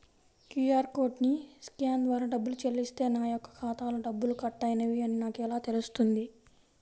QR కోడ్ని scan ద్వారా డబ్బులు చెల్లిస్తే నా యొక్క ఖాతాలో డబ్బులు కట్ అయినవి అని నాకు ఎలా తెలుస్తుంది?